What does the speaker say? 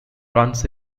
runs